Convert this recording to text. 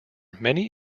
many